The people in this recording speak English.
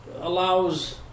allows